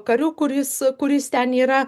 kariu kuris kuris ten yra